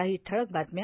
काही ठळक बातम्या